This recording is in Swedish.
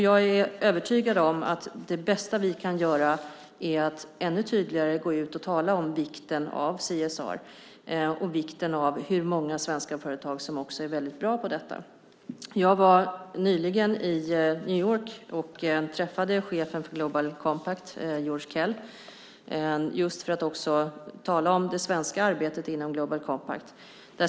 Jag är övertygad om att det bästa vi kan göra är att ännu tydligare gå ut och tala om vikten av CSR och att många svenska företag också är väldigt bra på detta. Jag var nyligen i New York och träffade chefen för Global Compact, Georg Kell, för att tala om det svenska arbetet inom Global Compact.